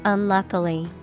Unluckily